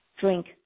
drink